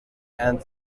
and